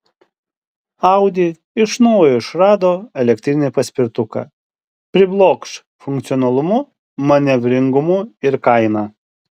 audi iš naujo išrado elektrinį paspirtuką priblokš funkcionalumu manevringumu ir kaina